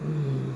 mm